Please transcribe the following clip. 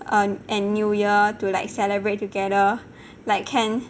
err and new year to like celebrate together like can